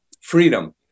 freedom